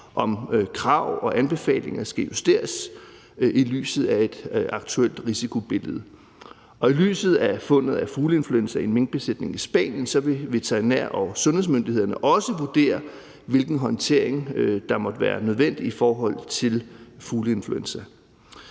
om krav og anbefalinger skal justeres i lyset af et aktuelt risikobillede. I lyset af fundet af fugleinfluenza i en minkbesætning i Spanien vil veterinær- og sundhedsmyndighederne også vurdere, hvilken håndtering der måtte være nødvendig i forhold til fugleinfluenza.